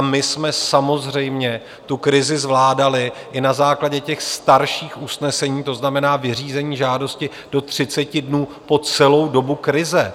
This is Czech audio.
My jsme samozřejmě tu krizi zvládali i na základě starších usnesení, to znamená vyřízení žádosti do 30 dnů po celou dobu krize.